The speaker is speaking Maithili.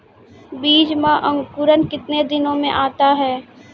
बीज मे अंकुरण कितने दिनों मे आता हैं?